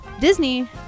Disney